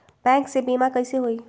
Bank से बिमा कईसे होई?